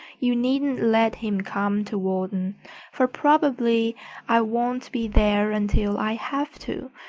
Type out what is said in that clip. you needn't let him come to walden for probably i won't be there until i have to,